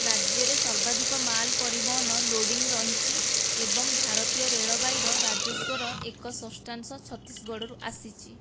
ରାଜ୍ୟରେ ସର୍ବାଧିକ ମାଲ ପରିବହନ ଲୋଡିଂ ରହିଛି ଏବଂ ଭାରତୀୟ ରେଳବାଇର ରାଜସ୍ୱର ଏକ ଷଷ୍ଠାଂଶ ଛତିଶଗଡ଼ରୁ ଆସିଛି